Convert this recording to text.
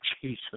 Jesus